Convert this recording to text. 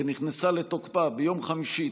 שנכנסה לתוקפה ביום חמישי,